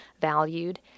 valued